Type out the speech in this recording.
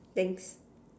thanks